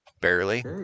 barely